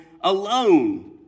alone